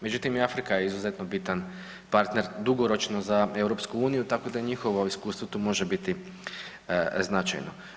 Međutim, i Afrika je izuzetno bitan partner dugoročno za EU tako da njihovo iskustvo tu može biti značajno.